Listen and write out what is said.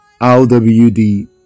LWD